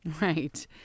Right